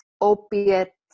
opiate